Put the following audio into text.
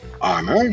armor